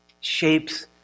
shapes